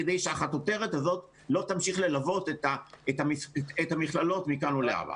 כדי שהחטוטרת הזאת לא תמשיך ללוות את המכללות מכאן ולהבא.